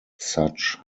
such